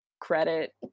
credit